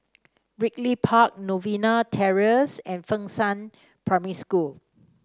Ridley Park Novena Terrace and Fengshan Primary School